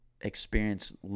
experience